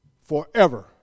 forever